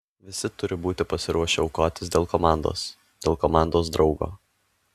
visi turi būti pasiruošę aukotis dėl komandos dėl komandos draugo